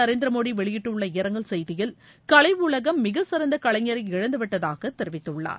நரேந்திர மோடி வெளியிட்டுள்ள இரங்கல் செய்தியில் கலை உலகம் மிகச் சிறந்த கலைஞர இழந்துவிட்டதாக தெரிவித்துள்ளார்